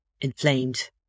inflamed